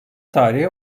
tarihi